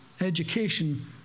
education